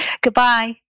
Goodbye